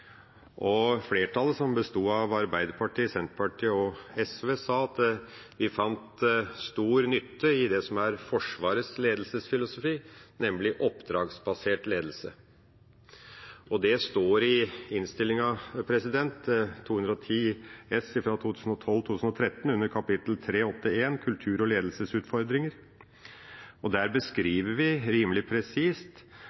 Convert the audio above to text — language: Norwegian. Flertallet, som besto av Arbeiderpartiet, Senterpartiet og SV, sa at de fant stor nytte i det som er Forsvarets ledelsesfilosofi, nemlig oppdragsbasert ledelse. Det står i innstillinga, Innst. 210 S for 2012–2013, under kapittel 3.8.1 Kultur og ledelsesutfordringer. Der beskriver vi rimelig presist